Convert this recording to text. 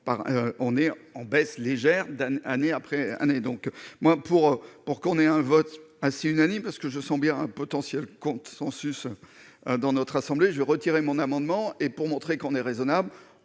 on est en baisse légère, année après année, donc moi pour pour qu'on ait un vote assez unanime parce que ce sont bien un potentiel compte Sansus dans notre assemblée, j'ai retiré mon amendement et pour montrer qu'on est raisonnable